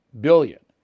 billion